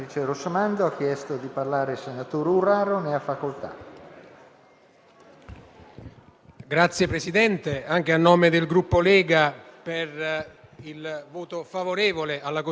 Voglio ricordare in particolare che il suddetto tribunale ha chiesto alla Corte costituzionale di dichiarare che non spettava al Senato della Repubblica la valutazione della condotta addebitabile al senatore Esposito,